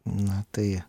na tai